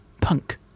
punk